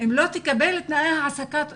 אם לא תקבל תנאי העסקה מכבדים?